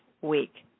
week